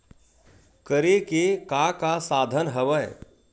करे के का का साधन हवय?